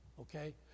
Okay